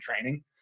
training